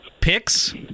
picks